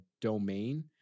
domain